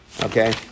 Okay